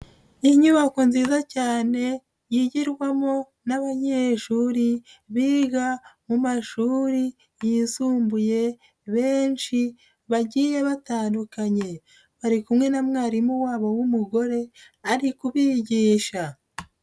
Inyubako nziza cyane yigirwamo n'abanyeshuri biga mu mashuri yisumbuye benshi bagiye batandukanye, bari kumwe na mwarimu wabo w'umugore ari kubigisha.